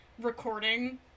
recording